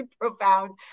profound